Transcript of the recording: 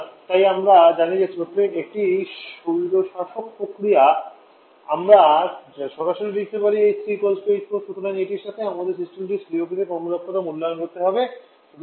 এবং তাই আমরা জানি যে থ্রোটল্টিং একটি স্বৈরশাসক প্রক্রিয়া আমরা সরাসরি লিখতে পারি h3 h4 সুতরাং এটির সাথে আমাদের সিস্টেমটির সিওপিতে কর্মক্ষমতা মূল্যায়ন করতে হবে